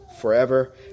forever